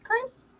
Chris